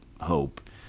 hope